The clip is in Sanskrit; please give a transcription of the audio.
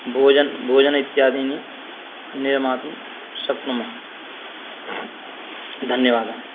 भोजन् भोजन इत्यादीनि निर्मातुं शक्नुमः धन्यवादः